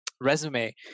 resume